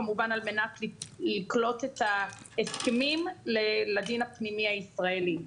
כמובן על מנת לקלוט את ההסכמים לדין הפנימי הישראלי.